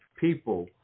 people